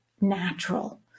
natural